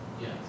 Yes